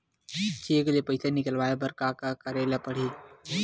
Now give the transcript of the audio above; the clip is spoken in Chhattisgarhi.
चेक ले पईसा निकलवाय बर का का करे ल पड़हि?